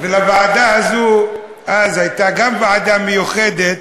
לוועדה הזאת הייתה אז גם ועדה מיוחדת,